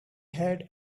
had